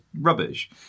rubbish